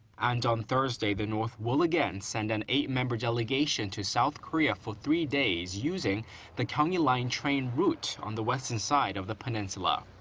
and on thursday, the north will again send an eight-member delegation to south korea for three days using the gyeongui line train route on the western side of the peninsula.